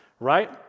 right